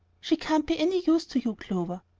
she can't be any use to you, clover.